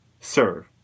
serve